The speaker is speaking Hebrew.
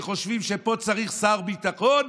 וחושבים שפה צריך שר ביטחון,